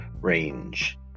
range